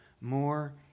more